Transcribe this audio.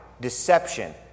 deception